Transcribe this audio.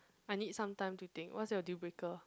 I need some time to think what's your deal breaker